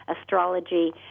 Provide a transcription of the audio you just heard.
astrology